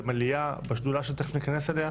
במליאה ובשדולה שתיכף אני אכנס אליה,